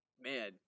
Man